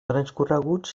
transcorreguts